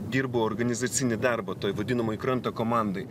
dirbu organizacinį darbą toj vadinamoj kranto komandoj